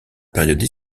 période